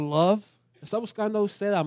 love